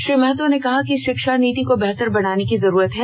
श्री महतो ने कहा कि शिक्षा नीति को बेहतर बनाने की जरूरत है